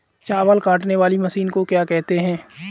चावल काटने वाली मशीन को क्या कहते हैं?